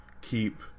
keep